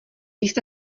jste